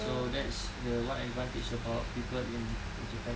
so that's the one advantage about people in japan